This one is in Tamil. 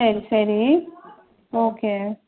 சரி சரி ஓகே